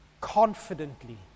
confidently